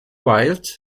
wilde